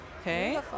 Okay